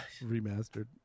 remastered